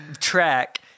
track